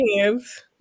hands